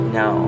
no